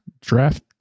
draft